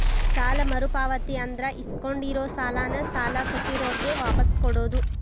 ಸಾಲ ಮರುಪಾವತಿ ಅಂದ್ರ ಇಸ್ಕೊಂಡಿರೋ ಸಾಲಾನ ಸಾಲ ಕೊಟ್ಟಿರೋರ್ಗೆ ವಾಪಾಸ್ ಕೊಡೋದ್